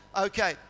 Okay